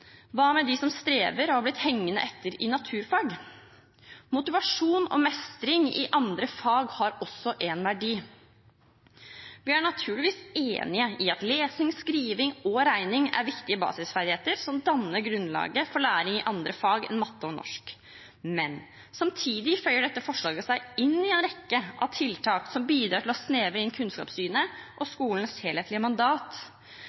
Hva med dem som strever og har blitt hengende etter i naturfag? Motivasjon og mestring i andre fag har også en verdi. Vi er naturligvis enig i at lesing, skriving og regning er viktige basisferdigheter som danner grunnlag for læring i andre fag enn matte og norsk. Men samtidig føyer dette forslaget seg inn i rekken av tiltak som bidrar til å snevre inn kunnskapssynet og skolens helhetlige mandat.